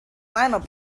lineup